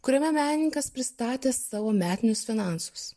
kuriame menininkas pristatė savo metinius finansus